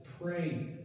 pray